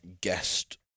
guest